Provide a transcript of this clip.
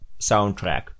soundtrack